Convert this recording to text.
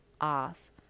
off